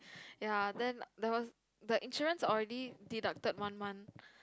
ya then there was the insurance already deducted one month